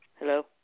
Hello